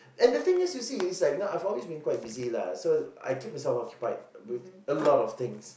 and the things is you see I have always been quite busy lah so I keep myself occupied with a lot of things